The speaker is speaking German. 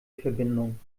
verbindung